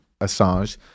Assange